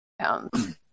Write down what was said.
pounds